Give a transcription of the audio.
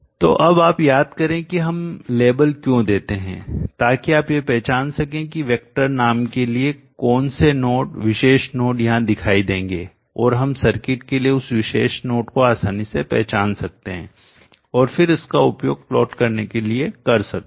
तो अब आप याद करें कि हम लेबल क्यों देते हैं ताकि आप यह पहचान सकें कि वेक्टर नाम के लिए कौन से नोड विशेष नोड यहाँ दिखाई देंगे और हम सर्किट के लिए उस विशेष नोड को आसानी से पहचान सकते हैं और फिर इसका उपयोग प्लॉट करने के लिए कर सकते हैं